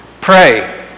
Pray